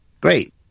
Great